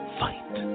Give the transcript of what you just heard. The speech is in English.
fight